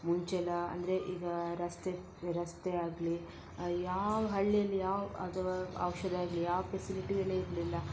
ಮುಂಚೆಯೆಲ್ಲ ಅಂದರೆ ಈಗ ರಸ್ತೆ ರಸ್ತೆಯಾಗಲಿ ಯಾವ ಹಳ್ಳಿಯಲ್ಲಿ ಯಾವ ಅದು ಔಷಧ ಆಗಲಿ ಯಾವ ಫೆಸಿಲಿಟಿಗಳಿರಲಿಲ್ಲ